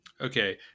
Okay